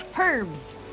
Herbs